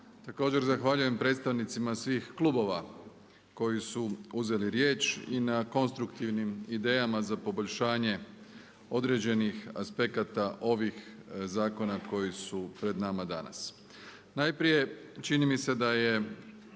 Također zahvaljujem predstavnicima svih klubova koji su uzeli riječ i na konstruktivnim idejama za poboljšanje određenih aspekata ovih zakona koji su pred nama danas. Najprije čini mi se da je